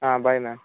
bye ma'am